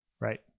Right